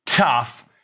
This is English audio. tough